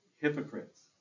hypocrites